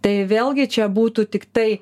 tai vėlgi čia būtų tiktai